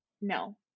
no